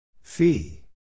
Fee